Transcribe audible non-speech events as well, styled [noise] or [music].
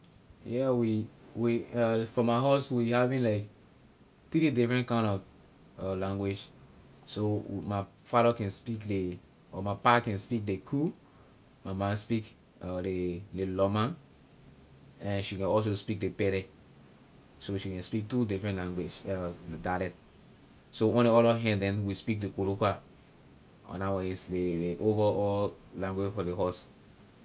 Yeah we we [hesitation] for my house we having like three different kind na language so my father can speak ley or my pa can speak ley kru my ma speak [hesitation] ley ley lorma and she can also speak ley kpelleh so she can speak two different language or dialect so on ley other hand then we speak ley koloqua la one is the over all language for ley house.